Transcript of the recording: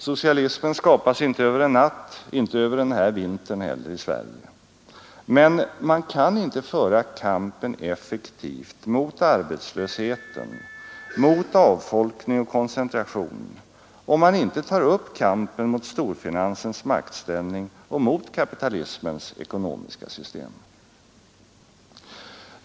Socialismen skapas inte över en natt, inte över den här vintern heller i Sverige. Men man kan inte föra kampen effektivt mot arbetslösheten, mot avfolkning och koncentration, om man inte tar upp kampen mot storfinansens maktställning och mot kapitalismens ekonomiska system.